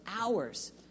hours